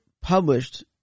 published